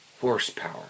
Horsepower